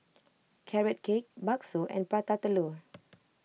Carrot Cake Bakso and Prata Telur